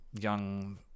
young